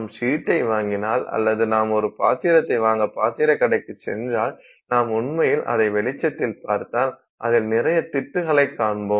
நாம் ஷீட்டை வாங்கினால் அல்லது நாம் ஒரு பாத்திரத்தை வாங்க பாத்திரக் கடைக்கு சென்றால் நாம் உண்மையில் அதை வெளிச்சத்தில் பார்த்தால் அதில் நிறைய திட்டுக்களைக் காண்போம்